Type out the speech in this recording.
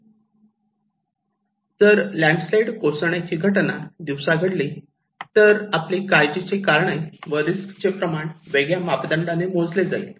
जर लँड्सस्लाईड कोसळण्याची घटना दिवसा घडली तर आपली काळजी ची कारणे व रिस्क चे प्रमाण वेगळ्या मापदंडाने मोजले जाईल